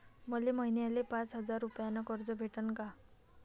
मले महिन्याले पाच हजार रुपयानं कर्ज भेटन का?